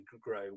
grow